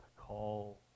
call